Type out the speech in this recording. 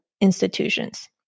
institutions